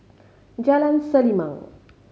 Jalan Selimang